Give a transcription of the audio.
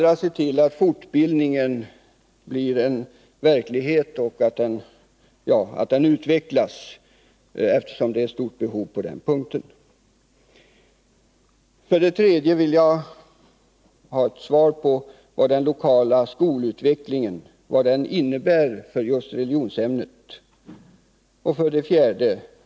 Låt oss se till att fortbildningen blir en verklighet och att den utvecklas, eftersom det finns ett stort behov på den här punkten. 3. Jag vill ha svar beträffande vad den lokala skolutvecklingen innebär för just religionsämnet. 4.